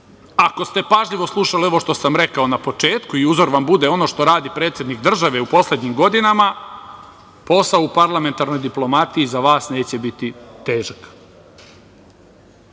Ako ste pažljivo slušali ovo što sam rekao na početku i uzor vam bude ono što radi predsednik države u poslednjim godinama, posao u parlamentarnoj diplomatiji za vas neće biti težak. Vaše